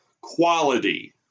quality